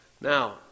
Now